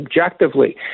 objectively